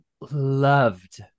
loved